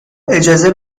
اجازه